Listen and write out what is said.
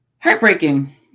heartbreaking